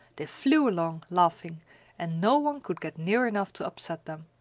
they flew along, laughing and no one could get near enough to upset them.